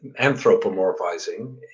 anthropomorphizing